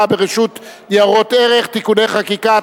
ברשות ניירות ערך (תיקוני חקיקה),